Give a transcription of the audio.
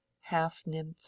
half-nymph